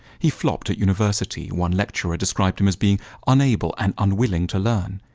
he flopped at university. one lecturer described him as being unable and unwilling to learn.